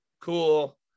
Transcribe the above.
Cool